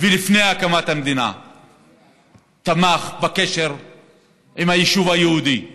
לפי הסיכום שלי עם יושב-ראש